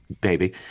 baby